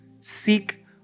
seek